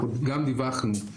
אנחנו גם דיווחנו,